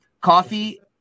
Coffee